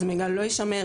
איזה מידע לא יישמר,